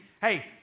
hey